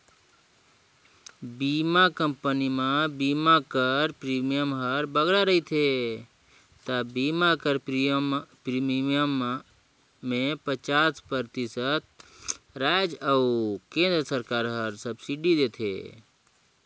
बीमा कंपनी में बीमा कर प्रीमियम हर बगरा रहथे ता बीमा कर प्रीमियम में पचास परतिसत राएज अउ केन्द्र सरकार हर सब्सिडी देथे